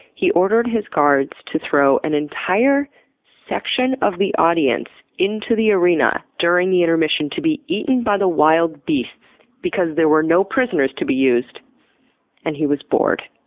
he ordered his guards to throw an entire section of the audience into the arena during the intermission, to be eaten by the wild beasts because there were no prisoners to be used and he was bored.